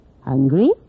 Hungry